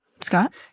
Scott